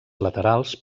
laterals